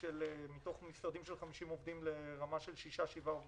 מתוך משרדים של 50 עובדים ירדנו לרמה של שישה-שבעה עובדים.